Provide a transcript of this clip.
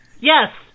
yes